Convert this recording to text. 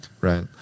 right